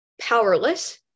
powerless